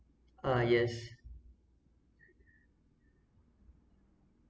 uh yes